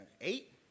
eight